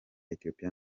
ethiopia